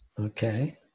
okay